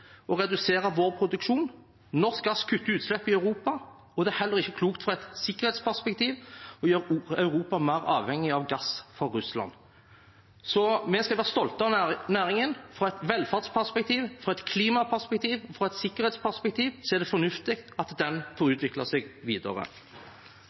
å redusere vår produksjon. Norsk gass kutter utslipp i Europa, og det er heller ikke klokt fra et sikkerhetsperspektiv å gjøre Europa mer avhengig av gass fra Russland. Så vi skal være stolte av næringen. Fra et velferdsperspektiv, fra et klimaperspektiv og fra et sikkerhetsperspektiv er det fornuftig at den får